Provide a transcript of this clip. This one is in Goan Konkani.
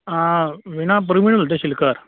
आं विणा प्रवीण उलयत् शिलकार